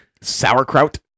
Sauerkraut